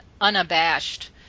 unabashed